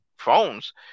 Phones